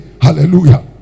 hallelujah